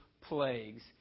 plagues